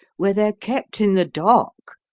where they're kept in the dark,